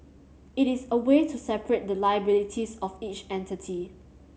it is a way to separate the liabilities of each entity